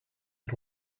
had